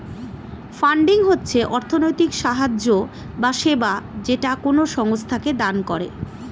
funding হচ্ছে অর্থনৈতিক সাহায্য বা সেবা যেটা কোনো সংস্থাকে দান করে